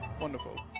Wonderful